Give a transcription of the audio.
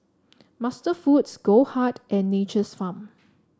MasterFoods Goldheart and Nature's Farm